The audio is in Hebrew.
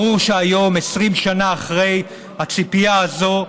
ברור שהיום, 20 שנה אחרי, הציפייה הזאת,